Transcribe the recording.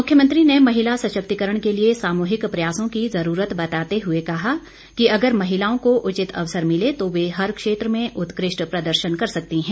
मुख्यमंत्री ने महिला सशक्तिकरण के लिए सामूहिक प्रयासों की जरूरत बताते हुए कहा कि अगर महिलाओं को उचित अवसर मिले तो वे हर क्षेत्र में उत्कृष्ट प्रदर्शन कर सकती हैं